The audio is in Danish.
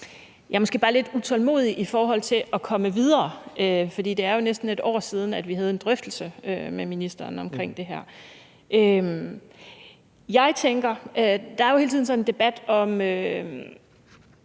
Jeg er måske bare lidt utålmodig i forhold til at komme videre, for det er jo næsten et år siden, vi havde en drøftelse med ministeren omkring det her. Der er jo hele tiden sådan en debat om,